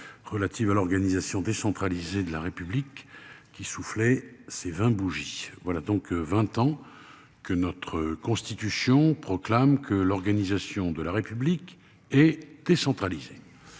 relative à l'organisation décentralisée de la République qui souffler ses 20 bougies. Voilà donc 20 ans que notre Constitution proclame que l'organisation de la République et décentralisé.